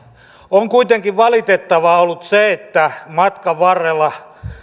on kuitenkin valitettavaa ollut se että matkan varrella